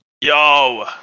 Yo